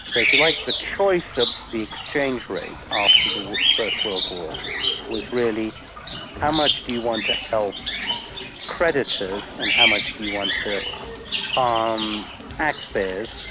but if you like, the choice of the exchange rate after the first world war was really how much do you want to help creditors, and how much do you want to harm ah um ah taxpayers